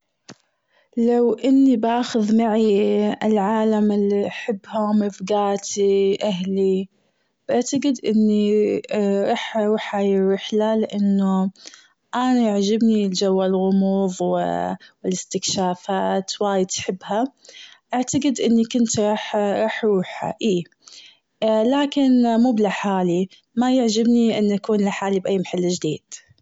لو إني بأخذ معي العالم اللي أحبهم رفقاتي أهلي، بعتقد إني رح أروح هاي الرحلة لأنه أنا يعجبني جو الغموظ والإستكشافات وايد أحبها، أعتقد إني كنت راح أروح إي لكن موب لحالي ما يعجبني إني أكون لحالي بأي محل جديد.